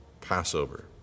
Passover